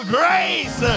grace